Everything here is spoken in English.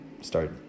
start